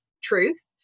truth